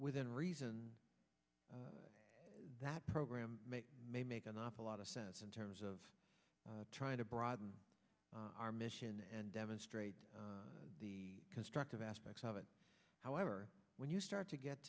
within reason that program may make an awful lot of sense in terms of trying to broaden our mission and demonstrate the constructive aspects of it however when you start to get